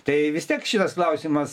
tai vis tiek šitas klausimas